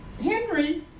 Henry